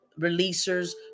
releasers